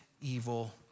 evil